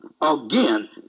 again